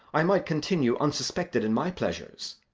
i might continue unsuspected in my pleasures,